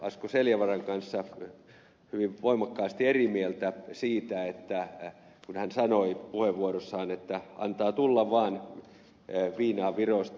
asko seljavaaran kanssa hyvin voimakkaasti eri mieltä siitä kun hän sanoi puheenvuorossaan että antaa tulla vaan viinaa virosta